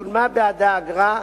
שולמה בעדה אגרה,